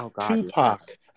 Tupac